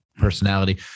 personality